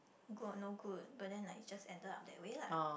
good or no good but then like it just ended up that way lah